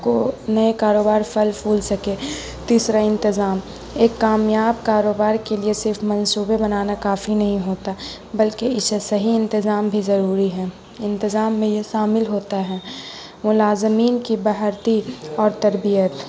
کو نئے کاروبار پھل پھول سکے تیسرا انتظام ایک کامیاب کاروبار کے لیے صرف منصوبے بنانا کافی نہیں ہوتا بلکہ اسے صحیح انتظام بھی ضروری ہے انتظام میں یہ شامل ہوتا ہے ملازمین کی بھرتی اور تربیت